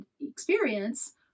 experience